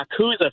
yakuza